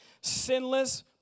Sinless